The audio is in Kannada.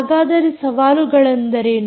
ಹಾಗಾದರೆ ಸವಾಲುಗಳೆಂದರೇನು